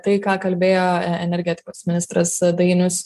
tai ką kalbėjo energetikos ministras dainius